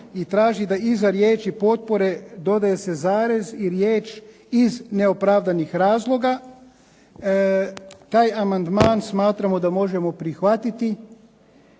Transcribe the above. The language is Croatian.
i traži da iza riječi potpore dodaje se zarez i riječ iz neopravdanih razloga. Taj amandman smatramo da možemo prihvatiti,